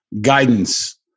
guidance